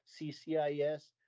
ccis